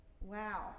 Wow